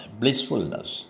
blissfulness